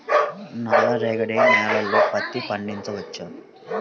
నల్ల రేగడి నేలలో పత్తి పండించవచ్చా?